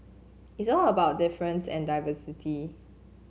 it's all about difference and diversity